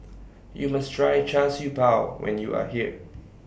YOU must Try Char Siew Bao when YOU Are here